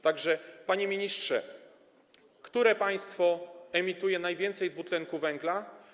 Tak że, panie ministrze, które państwo emituje najwięcej dwutlenku węgla?